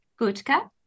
Gutka